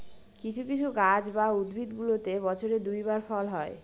কিছু কিছু গাছ বা উদ্ভিদগুলোতে বছরে দুই বার ফল হয়